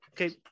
Okay